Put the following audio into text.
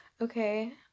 Okay